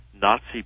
Nazi